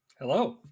Hello